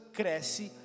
cresce